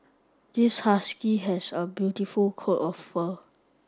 this husky has a beautiful coat of fur